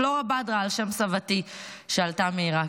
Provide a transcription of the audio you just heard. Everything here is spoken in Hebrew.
פלורה בדרה על שם סבתי שעלתה מעיראק.